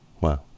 Wow